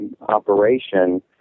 operation